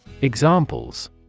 Examples